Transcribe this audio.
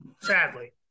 Sadly